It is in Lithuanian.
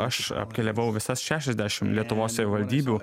aš apkeliavau visas šešiadešim lietuvos savivaldybių